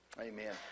Amen